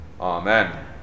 Amen